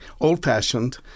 old-fashioned